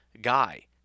guy